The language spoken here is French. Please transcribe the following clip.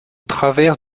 travers